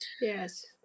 yes